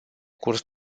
curs